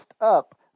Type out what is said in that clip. up